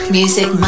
music